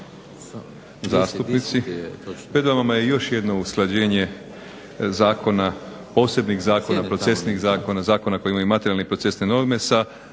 zastupnici. Pred vama je još jedno usklađenje zakona, posebnih zakona, procesnih zakona, zakona koji imaju materijalne i procesne norme sa